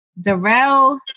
Darrell